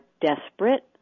desperate